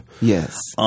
Yes